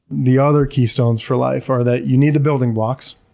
the other keystones for life are that you need the building blocks,